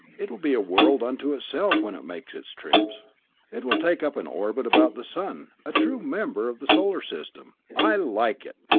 it will be a world unto itself when it makes its trips it will take up an orbit about the sun a true member of the solar system. i like it!